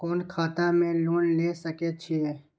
कोन खाता में लोन ले सके छिये?